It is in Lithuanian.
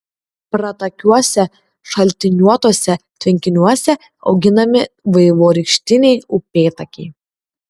pratakiuose šaltiniuotuose tvenkiniuose auginami vaivorykštiniai upėtakiai